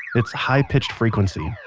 its high-pitched frequency,